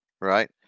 Right